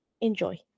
enjoy